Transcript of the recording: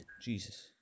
Jesus